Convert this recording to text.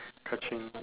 kaching